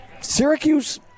Syracuse